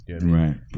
Right